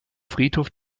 friedhof